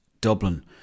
Dublin